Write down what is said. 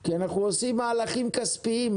כי אנחנו עושים מהלכים כספיים.